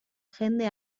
jende